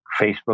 facebook